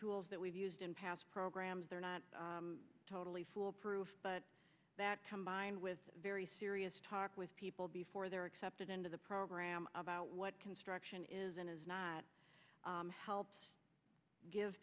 tools that we've used in past programs that are not totally foolproof but that combined with very serious talk with people before they are accepted into the program about what construction is and is not helps give